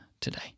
today